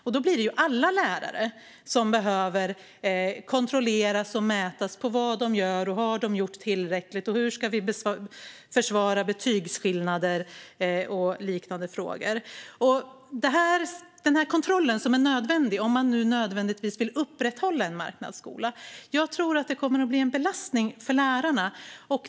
Det blir ju alla lärare som behöver kontrolleras och mätas gällande vad de gör - om de har gjort tillräckligt, hur vi ska försvara betygsskillnader och liknande frågor. Den kontroll som blir nödvändig om man nu nödvändigtvis vill upprätthålla en marknadsskola tror jag kommer att bli en belastning för lärarna.